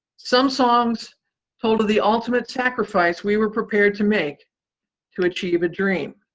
some songs told of the ultimate sacrifice we were prepared to make to achieve a dream.